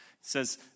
says